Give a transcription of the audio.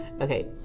Okay